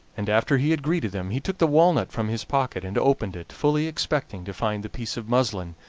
and after he had greeted them he took the walnut from his pocket and opened it, fully expecting to find the piece of muslin,